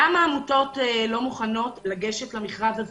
למה עמותות לא מוכנות לגשת למכרז הזה?